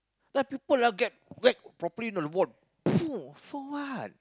that people lah get whack properly you know the ball for what